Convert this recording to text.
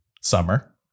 summer